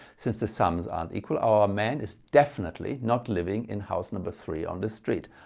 since the sums aren't equal our man is definitely not living in house number three on this street.